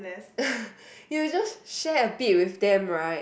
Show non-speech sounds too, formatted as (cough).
(laughs) you just share a bit with them right